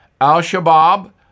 Al-Shabaab